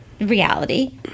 reality